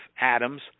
atoms